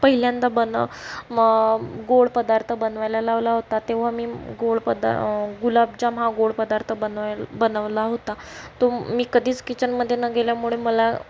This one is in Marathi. पहिल्यांदा बनव म गोड पदार्थ बनवायला लावला होता तेव्हा मी गोड पदा गुलाबजाम हा गोड पदार्थ बनवला होता तो मी कधीच किचनमध्ये न गेल्यामुळे मला